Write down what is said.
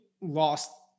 lost